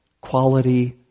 quality